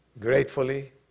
Gratefully